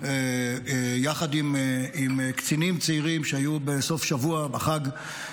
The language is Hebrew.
יחד עם קצינים צעירים שהיו בסוף השבוע, בחג,